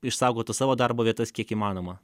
išsaugotų savo darbo vietas kiek įmanoma